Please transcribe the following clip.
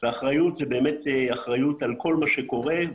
ואחריות זה באמת אחריות על כל מה שקורה,